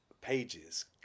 pages